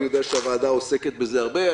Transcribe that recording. אני יודע שהוועדה עוסקת בזה הרבה.